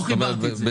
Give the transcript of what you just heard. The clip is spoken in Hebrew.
לא חיברתי את זה.